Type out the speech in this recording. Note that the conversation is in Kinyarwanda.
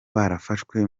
barafashwe